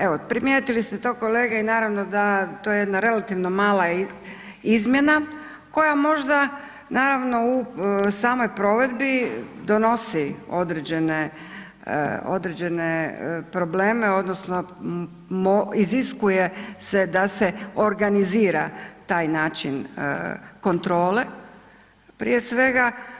Evo, primijetili ste to kolege i naravno da, to je jedna relativno mala izmjena koja možda naravno u samoj provedbi donosi određene, određene probleme odnosno iziskuje se da se organizira taj način kontrole prije svega.